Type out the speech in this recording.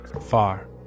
Far